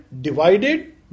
divided